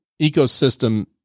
ecosystem